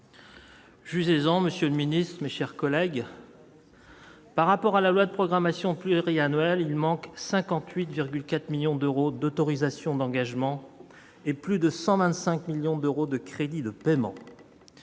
saison Monsieur le Ministre, mes chers collègues. Par rapport à la loi de programmation pluriannuelle, il manque 58 4 millions d'euros d'autorisations d'engagement et plus de 125 millions d'euros de crédits de paiement,